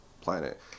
planet